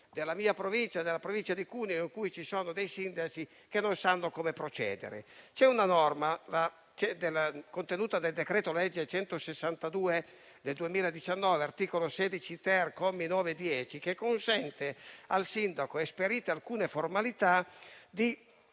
delle situazioni nella Provincia di Cuneo in cui ci sono sindaci che non sanno come procedere. Una norma contenuta nel decreto-legge n. 162 del 2019, all'articolo 16-*ter,* commi 9 e 10, consente al sindaco, esperite alcune formalità, di